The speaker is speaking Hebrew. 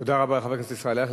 תודה רבה לחבר הכנסת ישראל אייכלר.